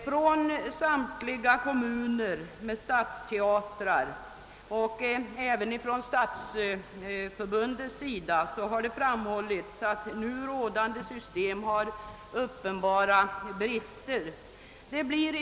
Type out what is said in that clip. Från samtliga kommuner med stadsteatrar och även från Stadsförbundets sida har det framhållits att nu rådande system har uppenbara brister.